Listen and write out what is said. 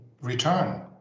return